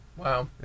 Wow